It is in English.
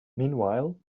meanwhile